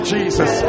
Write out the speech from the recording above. Jesus